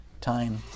time